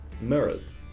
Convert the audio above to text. mirrors